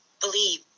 believe